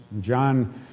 John